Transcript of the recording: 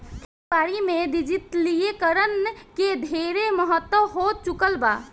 खेती बारी में डिजिटलीकरण के ढेरे महत्व हो चुकल बा